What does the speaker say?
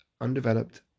undeveloped